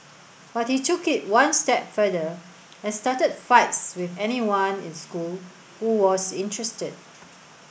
but he took it one step further and started fights with anyone in school who was interested